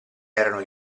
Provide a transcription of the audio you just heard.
erano